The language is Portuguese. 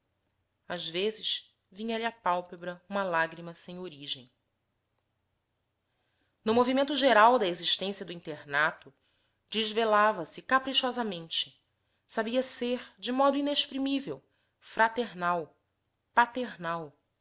às vezes vinha-lhe a pálpebra uma lágrima sem origem no movimento geral da existência do internato desvelava se caprichosamente sabia ser de modo inexprimível fraternal paternal